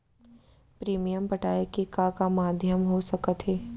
Premium पटाय के का का माधयम हो सकत हे?